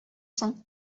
соң